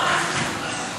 לא אנחנו.